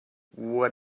what